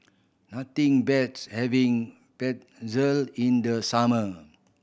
nothing beats having Pretzel in the summer